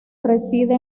reside